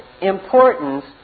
importance